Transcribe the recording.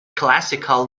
classical